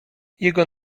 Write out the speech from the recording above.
jego